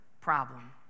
problem